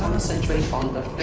concentrate on the